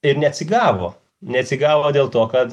ir neatsigavo neatsigavo dėl to kad